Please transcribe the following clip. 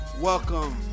Welcome